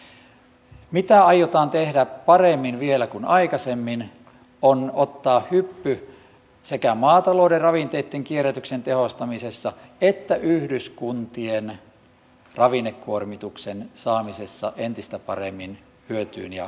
se mitä aiotaan tehdä vielä paremmin kuin aikaisemmin on ottaa hyppy sekä maatalouden ravinteitten kierrätyksen tehostamisessa että yhdyskuntien ravinnekuormituksen saamisessa entistä paremmin hyötyyn ja haltuun